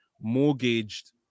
mortgaged